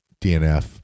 dnf